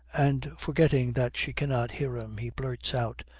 and forgetting that she cannot hear him, he blurts out,